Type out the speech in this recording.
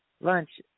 lunch